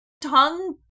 tongue